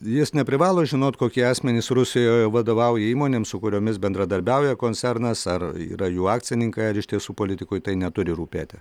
jis neprivalo žinot kokie asmenys rusijoje vadovauja įmonėms su kuriomis bendradarbiauja koncernas ar yra jų akcininkai ar iš tiesų politikui tai neturi rūpėti